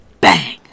Bang